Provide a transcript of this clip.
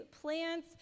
plants